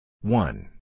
One